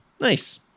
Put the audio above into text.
nice